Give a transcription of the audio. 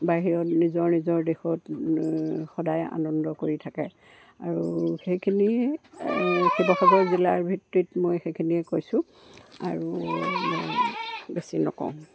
বাহিৰত নিজৰ নিজৰ দেশত সদায় আনন্দ কৰি থাকে আৰু সেইখিনিয়ে শিৱসাগৰ জিলাৰ ভিত্তিত মই সেইখিনিয়ে কৈছোঁ আৰু বেছি নকওঁ